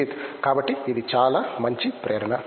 సుజిత్ కాబట్టి ఇది చాలా మంచి ప్రేరణ